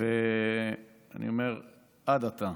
עד עתה.